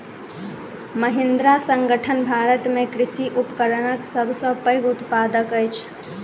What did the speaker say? महिंद्रा संगठन भारत में कृषि उपकरणक सब सॅ पैघ उत्पादक अछि